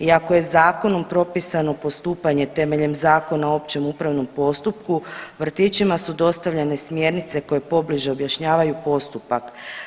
Iako je zakonom propisano postupanje temeljem Zakona o općem upravnom postupku vrtićima su dostavljene smjernice koje pobliže objašnjavaju postupak.